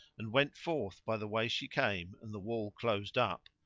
and went forth by the way she came and the wall closed up,